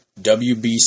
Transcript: WBC